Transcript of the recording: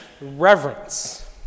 reverence